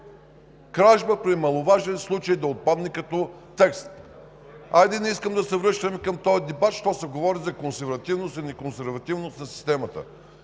Кражба при маловажен случай да отпадне като текст! Не искам да се връщаме към този дебат, що се говори за консервативност и неконсервативност на системата.